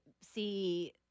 see